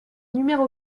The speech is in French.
numéro